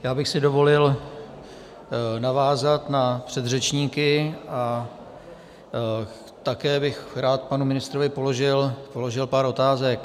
Já bych si dovolil navázat na předřečníky a také bych rád panu ministrovi položil pár otázek.